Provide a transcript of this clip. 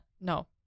no